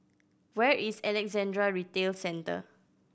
where is Alexandra Retail Center